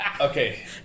Okay